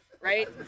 right